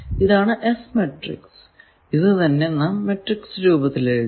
ഇതാണ് S matrix ഇത് തന്നെ നാം മാട്രിക്സ് രൂപത്തിൽ എഴുതിയാൽ